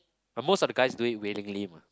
are most of the guys do it willingly mah